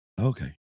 Okay